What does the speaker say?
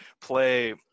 play